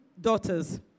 daughters